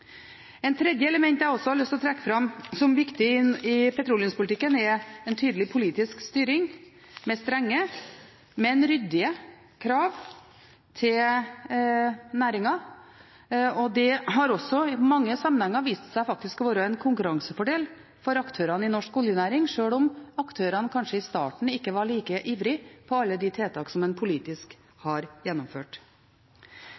tredje element jeg også har lyst til å trekke fram som viktig i petroleumspolitikken, er en tydelig politisk styring med strenge, men ryddige krav til næringen. Det har også i mange sammenhenger faktisk vist seg å være en konkurransefordel for aktørene i norsk oljenæring, sjøl om aktørene kanskje i starten ikke var like ivrige etter alle de tiltakene som en politisk